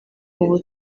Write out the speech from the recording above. ubu